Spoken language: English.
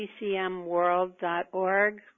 TCMworld.org